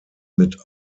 mit